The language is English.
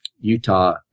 Utah